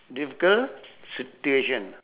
difficult situation